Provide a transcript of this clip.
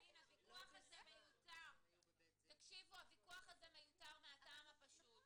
הוויכוח הזה מיותר מהטעם הפשוט,